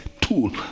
tool